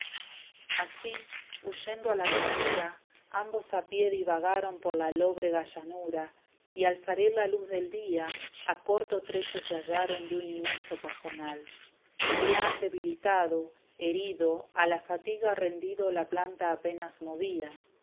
así huyendo a la ventura ambos a pie divagaron por la lóbrega llanura y al salir la luz del día a corto trecho se hallaron de un inmenso pajonal pajonal paraje anegado en donde crece la paja